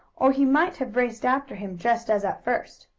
or he might have raced after him just as at first.